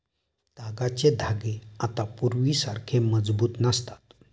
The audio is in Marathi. तागाचे धागे आता पूर्वीसारखे मजबूत नसतात